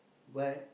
what